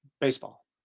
baseball